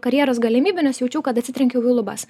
karjeros galimybių nes jaučiau kad atsitrenkiau į lubas